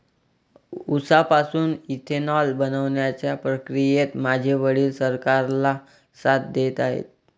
उसापासून इथेनॉल बनवण्याच्या प्रक्रियेत माझे वडील सरकारला साथ देत आहेत